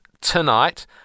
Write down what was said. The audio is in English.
tonight